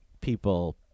people